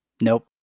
Nope